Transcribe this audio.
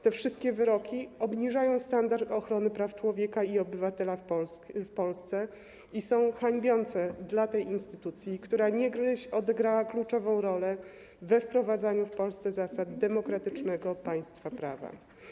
Te wszystkie wyroki obniżają standard ochrony praw człowieka i obywatela w Polsce i są hańbiące dla tej instytucji, która niegdyś odegrała kluczową rolę we wprowadzaniu w Polsce zasad demokratycznego państwa prawa.